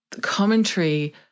commentary